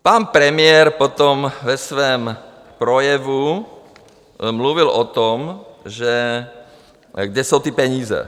Pan premiér potom ve svém projevu mluvil o tom, že kde jsou ty peníze.